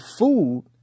food